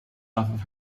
off